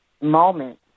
moment